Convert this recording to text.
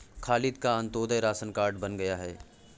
खालिद का Antyodaya ration card बन गया है